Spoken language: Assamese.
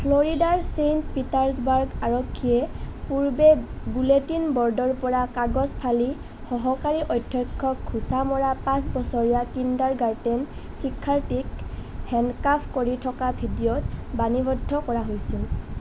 ফ্লৰিডাৰ ছেইণ্ট পিটাৰ্ছবাৰ্গ আৰক্ষীয়ে পূৰ্বে বুলেটিন ব'ৰ্ডৰ পৰা কাগজ ফালি সহকাৰী অধ্যক্ষক ঘোচা মৰা পাঁচ বছৰীয়া কিণ্ডাৰগাৰ্টেন শিক্ষাৰ্থীক হেণ্ডকাফ কৰি থকা ভিডিঅ'ত বাণীৱদ্ধ কৰা হৈছিল